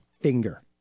finger